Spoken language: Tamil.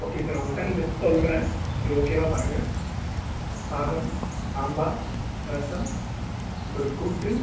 ஓகே சார் உங்கள்கிட்ட அந்த லிஸ்ட் சொல்லுறேன் இது ஓகேவா பாருங்கள் சாதம் சாம்பார் ரசம் ஒரு கூட்டு